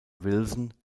wilson